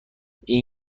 این